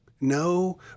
No